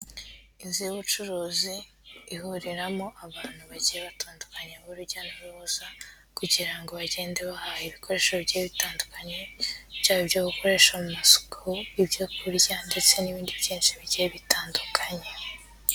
Inzu y'ubucuruzi ihuriramo abantu bagiye batandukanye b'urujya n'uruza kugira ngo bagende bahaha ibikoresho bigiye bitandukanye, byaba ibyo gukoresha mu masuku, ibyo kurya ndetse n'ibindi byinshi bigiye bitandukanye.